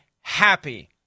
happy